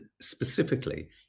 specifically